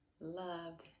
loved